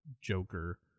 Joker